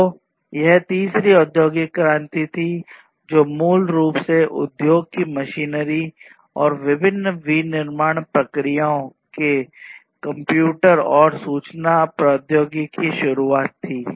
तो यह तीसरी औद्योगिक क्रांति थी जो मूल रूप से उद्योग की मशीनरी और विभिन्न विनिर्माण प्रक्रियाओं में कंप्यूटर और सूचना प्रौद्योगिकी की शुरूआत थी